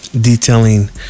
Detailing